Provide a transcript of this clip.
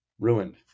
ruined